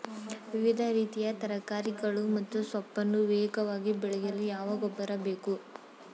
ವಿವಿಧ ರೀತಿಯ ತರಕಾರಿಗಳು ಮತ್ತು ಸೊಪ್ಪನ್ನು ವೇಗವಾಗಿ ಬೆಳೆಯಲು ಯಾವ ಗೊಬ್ಬರ ಬೇಕು?